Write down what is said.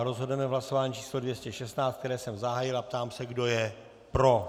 Rozhodneme v hlasování číslo 216, které jsem zahájil, a ptám se, kdo je pro.